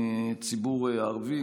הציבור הערבי,